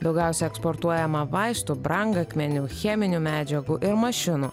daugiausia eksportuojama vaistų brangakmenių cheminių medžiagų ir mašinų